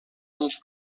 entre